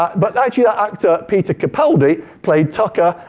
but actually that actor, peter capaldi played tucker,